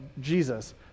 Jesus